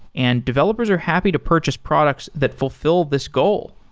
and developers are happy to purchase products that fulfill this goal.